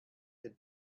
had